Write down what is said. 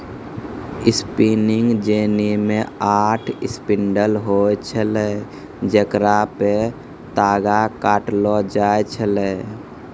spinning jenny मे आठ spindle होय छलै जेकरा पे तागा काटलो जाय छलै